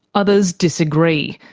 others disagree,